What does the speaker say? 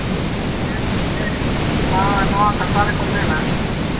ᱦᱳᱭ ᱢᱟᱱᱮ ᱵᱟᱝ ᱱᱚᱣᱟ ᱠᱟᱛᱷᱟ ᱨᱮᱠᱚ ᱢᱮᱱᱟ